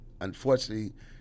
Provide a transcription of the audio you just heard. unfortunately